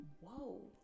Whoa